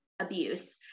abuse